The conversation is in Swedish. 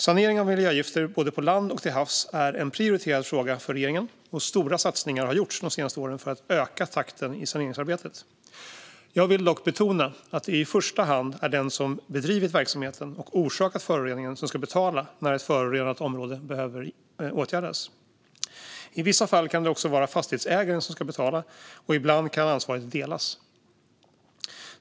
Sanering av miljögifter både på land och till havs är en prioriterad fråga för regeringen, och stora satsningar har gjorts de senaste åren för att öka takten i saneringsarbetet. Jag vill dock betona att det i första hand är den som bedrivit verksamheten och orsakat föroreningen som ska betala när ett förorenat område behöver åtgärdas. I vissa fall kan det också vara fastighetsägaren som ska betala, och ibland kan ansvaret delas.